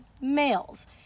males